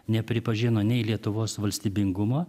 nepripažino nei lietuvos valstybingumo